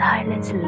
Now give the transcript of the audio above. Silence